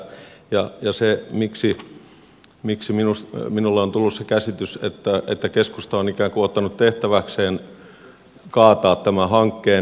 ja se miksi minulle on tullut se käsitys että keskusta on ikään kuin ottanut tehtäväkseen kaataa tämän hankkeen